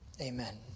Amen